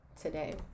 today